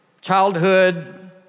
childhood